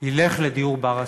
ילך לדיור בר-השגה.